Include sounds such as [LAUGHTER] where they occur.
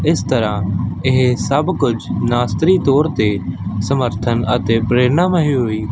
ਇਸ ਤਰ੍ਹਾਂ ਇਹ ਸਭ ਕੁਝ ਨਾਸਤਰੀ ਤੌਰ 'ਤੇ ਸਮਰਥਨ ਅਤੇ ਪ੍ਰੇਰਨਾ [UNINTELLIGIBLE]